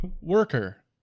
worker